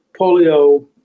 polio